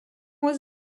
was